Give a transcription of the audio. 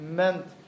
meant